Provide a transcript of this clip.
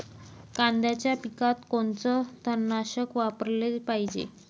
कांद्याच्या पिकात कोनचं तननाशक वापराले पायजे?